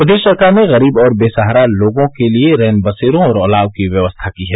प्रदेश सरकार ने गरीब और बेसहारा लोगों के लिये रैनबसेरों और अलाव की व्यवस्था की है